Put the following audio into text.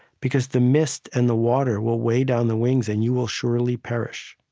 because the mist and the water will weigh down the wings and you will surely perish.